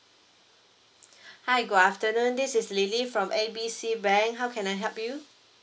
hi good afternoon this is lily from A B C bank how can I help you